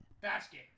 Basket